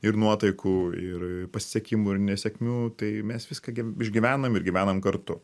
ir nuotaikų ir pasisekimų ir nesėkmių tai mes viską išgyvenam ir gyvenam kartu